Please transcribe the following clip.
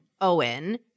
Owen